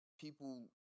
people